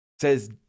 Says